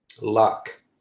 luck